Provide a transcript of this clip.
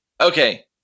Okay